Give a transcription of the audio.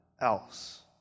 else